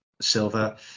silver